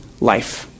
life